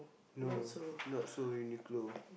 no not so Uniqlo